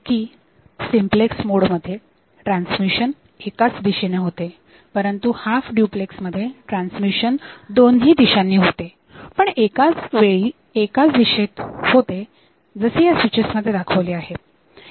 पैकी सिंपलेक्स मोडमध्ये ट्रान्समिशन एकाच दिशेने होते परंतु हाफ डुप्लेक्स मध्ये ट्रान्समिशन दोन्ही दिशांनी होते पण एकावेळी एकाच दिशेत होते जसे ह्या स्विचेस मध्ये दाखवले आहे